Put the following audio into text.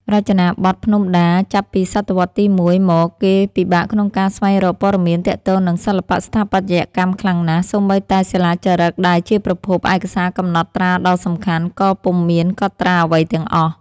រចនាបថភ្នំដា ចាប់ពីសតវត្សទី ១ មកគេពិបាកក្នុងការស្វែងរក ព័ត៌មានទាក់ទងនឹងសិល្បៈស្ថាបត្យកម្មខ្លាំងណាស់ សូម្បីតែសិលាចារឹកដែលជាប្រភព ឯកសារកំណត់ត្រាដ៏សំខាន់ ក៏ពុំមានកត់ត្រាអ្វីទាំងអស់។